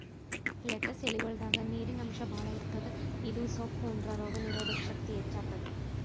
lettuce ಎಲಿಗೊಳ್ದಾಗ್ ನೀರಿನ್ ಅಂಶ್ ಭಾಳ್ ಇರ್ತದ್ ಇದು ಸೊಪ್ಪ್ ಉಂಡ್ರ ರೋಗ್ ನೀರೊದಕ್ ಶಕ್ತಿ ಹೆಚ್ತಾದ್